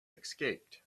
escaped